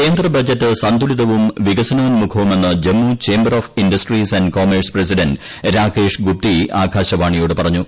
കേന്ദ്രബജറ്റ് സന്തുലിതവും വികസനോന്മുഖവുമെന്ന് Jammu chamber of industries and commerce president Rakesh Gupta ആകാശവാണിയോട് പറഞ്ഞു